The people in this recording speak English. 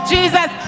Jesus